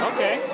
Okay